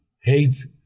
hates